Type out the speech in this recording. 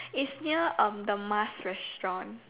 its near um the mask restaurant